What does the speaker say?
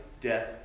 death